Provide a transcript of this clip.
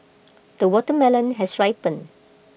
the watermelon has ripened